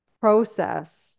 process